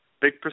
Big